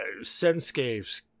Senscapes